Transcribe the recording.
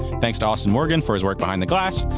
thanks to austin morgan for his work behind the glass.